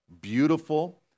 beautiful